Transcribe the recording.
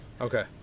Okay